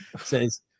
says